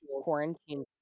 quarantine